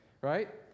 right